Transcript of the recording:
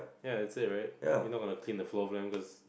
ya that's it right you're not gonna clean the floor for them cause